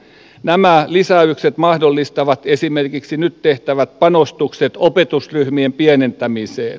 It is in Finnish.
nämä lisäykset mahdollistavat esimerkiksi nyt tehtävät panostukset opetusryhmien pienentämiseen